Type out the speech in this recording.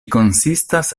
konsistas